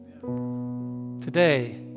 Today